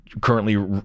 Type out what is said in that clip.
currently